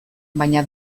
baina